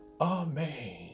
Amen